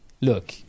Look